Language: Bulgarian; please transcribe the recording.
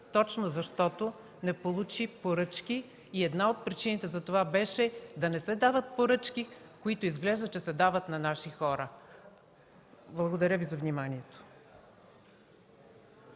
точно защото не получи поръчки. Една от причините за това беше да не се дават поръчки, които изглежда, че се дават на нашите хора. Благодаря ПРЕДСЕДАТЕЛ